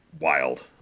wild